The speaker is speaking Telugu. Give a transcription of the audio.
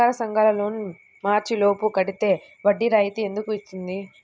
సహకార సంఘాల లోన్ మార్చి లోపు కట్టితే వడ్డీ రాయితీ ఎందుకు ఇస్తుంది?